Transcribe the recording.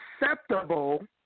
acceptable